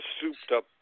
souped-up